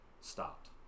stopped